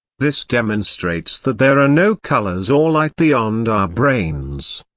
this demonstrates that there are no colors or light beyond our brains.